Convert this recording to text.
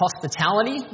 hospitality